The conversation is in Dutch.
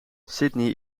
sydney